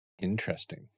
Interesting